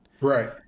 Right